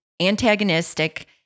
antagonistic